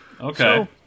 Okay